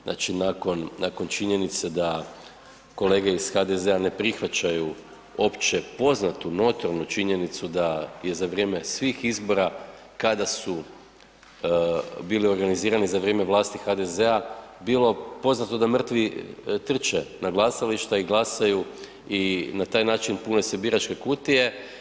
Znači nakon činjenice da kolege iz HDZ-a ne prihvaćaju opće poznatu notornu činjenicu da je za vrijeme svih izbora kada su bili organizirani za vrijeme vlasti HDZ-a bilo poznato da mrtvi trče na glasališta i glasaju i na taj način pune se biračke kutije.